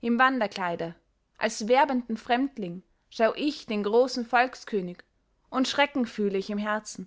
im wanderkleide als werbenden fremdling schau ich den großen volkskönig und schrecken fühle ich im herzen